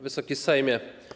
Wysoki Sejmie!